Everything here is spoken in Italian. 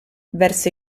verso